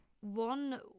one